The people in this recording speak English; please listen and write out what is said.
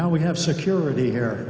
now we have security here